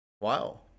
wow